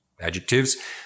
adjectives